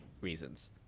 reasons